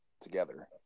together